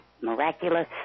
miraculous